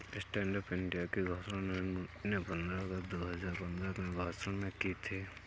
stand up India की घोषणा नरेंद्र मोदी ने पंद्रह अगस्त दो हजार पंद्रह में भाषण में की थी